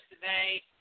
today